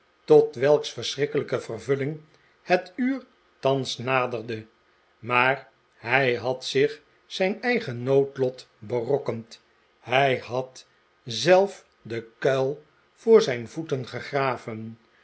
tot welks verschrikkelijke vervulling het uur thans naderde maar hij had zich zijn eigen noodlot berokkend hij had zelf den kuil voor zijn voeten gegraven